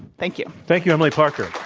thank you. thank you, emily parker.